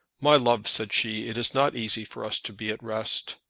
my love, said she, it is not easy for us to be at rest.